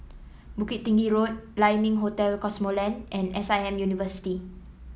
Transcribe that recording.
Bukit Tinggi Road Lai Ming Hotel Cosmoland and S I M University